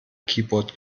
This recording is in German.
keyboard